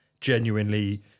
Genuinely